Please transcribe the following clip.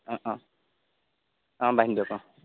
অঁ অঁ অঁ বান্ধি দিয়ক অঁ